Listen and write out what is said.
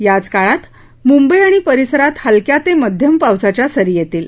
याच काळात मुंबई आणि परिसरात हलक्या ते मध्यम पावसाच्या सरी येतील